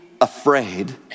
afraid